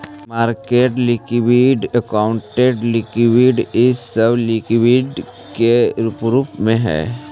market liquidity, accounting liquidity इ सब liquidity के स्वरूप हई